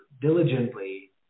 diligently